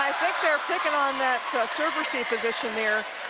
i think they're picking on that server position there.